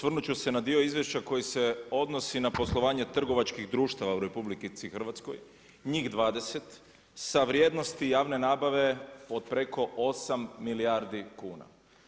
Osvrnut ću se na dio izvješća koji se odnosi na poslovanje trgovačkih društva u RH njih 20 sa vrijednosti javne nabave od preko osam milijardi kuna.